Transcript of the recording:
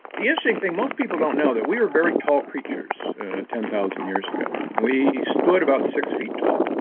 the interesting thing most people don't know that we were very tall creatures ten thousand years ago. we stood about six feet tall.